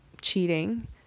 cheating